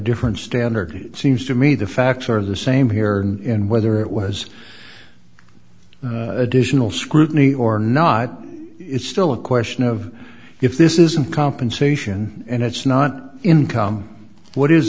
different standard it seems to me the facts are the same here and whether it was additional scrutiny or not it's still a question of if this isn't compensation and it's not income what is